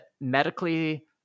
medically